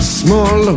small